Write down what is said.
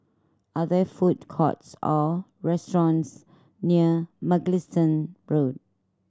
are there food courts or restaurants near Mugliston Road